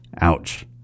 Ouch